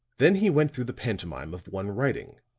then he went through the pantomime of one writing,